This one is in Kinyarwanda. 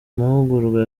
mahugurwa